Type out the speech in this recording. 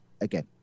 again